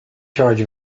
charge